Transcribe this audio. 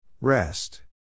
Rest